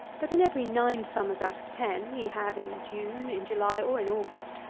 but, in every nine summers out of ten, we have in june, in july, or in august,